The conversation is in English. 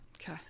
Okay